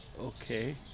okay